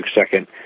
second